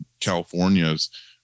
California's